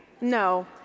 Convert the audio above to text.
no